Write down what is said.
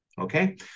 okay